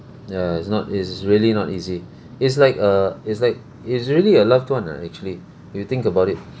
ya it's not it's really not easy it's like a it's like it's really a loved one what actually if you think about it